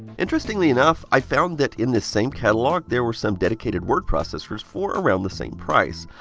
interestingly enough, i found that in this same catalog there were some dedicated word processors for around the same price.